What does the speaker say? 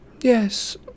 Yes